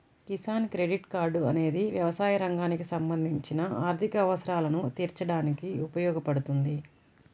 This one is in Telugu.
కిసాన్ క్రెడిట్ కార్డ్ అనేది వ్యవసాయ రంగానికి సంబంధించిన ఆర్థిక అవసరాలను తీర్చడానికి ఉపయోగపడుతుంది